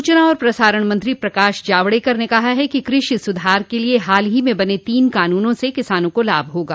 सूचना और प्रसारण मंत्री प्रकाश जावड़ेकर ने कहा है कि कृषि सुधार के लिए हाल ही में बने तीन कानूनों से किसानों को लाभ होगा